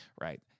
right